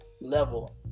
level